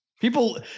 People